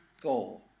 Goal